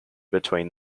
between